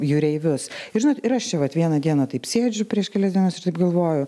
jūreivius ir žinot ir aš čia vat vieną dieną taip sėdžiu prieš kelias dienas ir taip galvoju